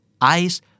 Ice